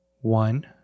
One